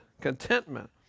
Contentment